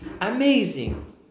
amazing